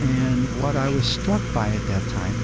and what i was struck by at that time